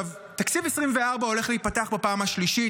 תקציב 2024 הולך להיפתח בפעם השלישית,